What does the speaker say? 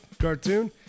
cartoon